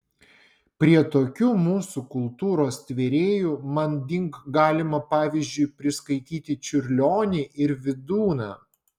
prie tokių mūsų kultūros tvėrėjų manding galima pavyzdžiui priskaityti čiurlionį ir vydūną